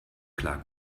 klar